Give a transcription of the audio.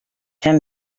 him